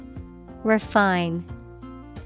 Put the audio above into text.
Refine